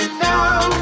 now